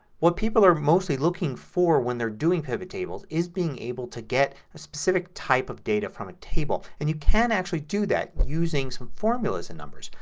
what people are mostly looking for when they're doing pivot tables is being able to get a specific type of data from a table. and you can actually do that using some formulas in numbers.